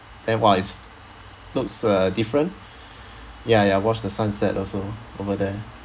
that wise looks uh different ya ya watch the sunset also over there